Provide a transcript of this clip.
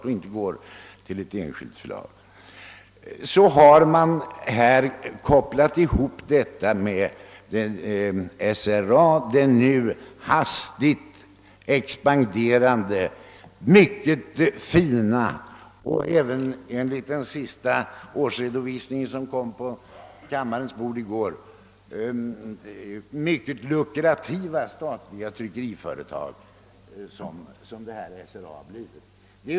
Härvidlag har gjorts en sammankoppling, ett samarbetsavtal, med SRA som — enligt vad som framgår bl.a. av den senaste årsredovisningen, som kom på kammarens bord i går — är ett snabbt expanderande och lukrativt statligt företag.